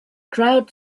crowd